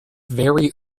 very